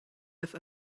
have